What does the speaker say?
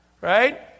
Right